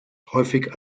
häufig